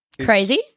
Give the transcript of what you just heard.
Crazy